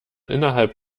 innerhalb